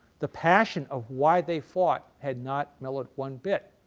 the passion of why they fought had not mellowed one bit.